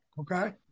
Okay